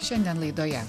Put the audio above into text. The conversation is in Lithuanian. šiandien laidoje